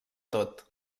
tot